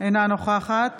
אינה נוכחת